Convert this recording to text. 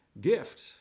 gift